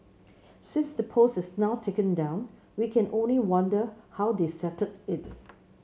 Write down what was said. since the post is now taken down we can only wonder how they settled it